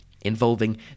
involving